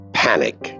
panic